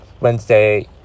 Wednesday